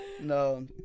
No